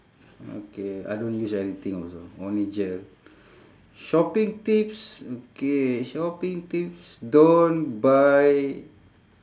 okay I don't use anything also only gel shopping tips okay shopping tips don't buy